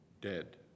dead